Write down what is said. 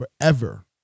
forever